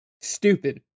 stupid